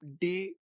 day